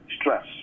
stress